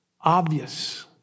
obvious